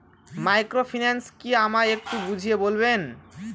Microfinance কি আমায় একটু বুঝিয়ে বলবেন?